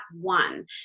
one